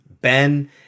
Ben